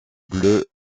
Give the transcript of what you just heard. bleu